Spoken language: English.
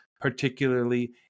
particularly